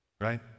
right